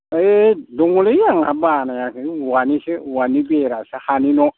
ओइ दङलै आंहा बानायाखैनो औवानिसो औवानि बेरासो हानि न'